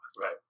Right